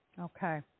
Okay